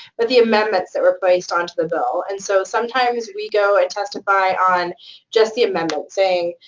but the amendments that were placed onto the bill. and so sometimes we go and testify on just the amendment, saying,